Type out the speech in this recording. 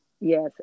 yes